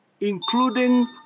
including